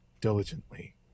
diligently